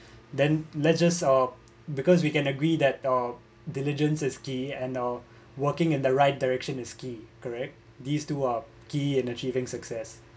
then let us uh because we can agree that uh diligence is key and uh walking in the right direction is key correct these two uh key and achieving success